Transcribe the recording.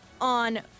on